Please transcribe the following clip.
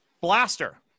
Blaster